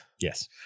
Yes